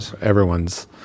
everyone's